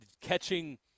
catching